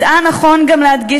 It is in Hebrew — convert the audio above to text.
השרה לבנת מצאה לנכון גם להדגיש: